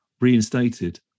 reinstated